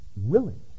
willing